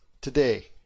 today